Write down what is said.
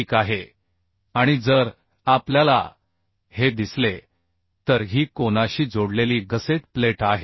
ठीक आहे आणि जर आपल्याला हे दिसले तर ही कोनाशी जोडलेली गसेट प्लेट आहे